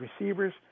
receivers